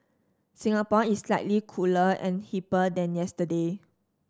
Singapore is slightly cooler and hipper than yesterday